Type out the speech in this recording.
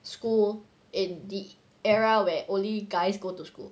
school in the era where only guys go to school